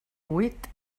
huit